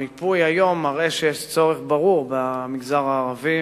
המיפוי היום מראה שיש צורך ברור במגזר הערבי,